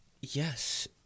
Yes